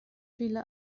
viele